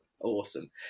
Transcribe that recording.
awesome